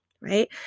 right